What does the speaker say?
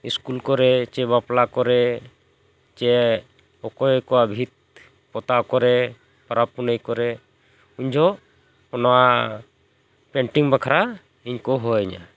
school ᱠᱚᱨᱮ ᱪᱮ ᱵᱟᱯᱞᱟ ᱠᱚᱨᱮ ᱪᱮ ᱚᱠᱚᱭ ᱠᱚᱣᱟ ᱵᱷᱤᱛ ᱯᱚᱛᱟᱣ ᱠᱚᱨᱮ ᱯᱟᱨᱟᱵᱽ ᱯᱩᱱᱟᱹᱭ ᱠᱚᱨᱮ ᱩᱱ ᱡᱚᱦᱚᱜ ᱱᱚᱣᱟ ᱯᱮᱱᱴᱤᱝ ᱵᱟᱠᱷᱨᱟ ᱤᱧ ᱠᱚ ᱦᱚᱦᱚ ᱟᱹᱧᱟᱹ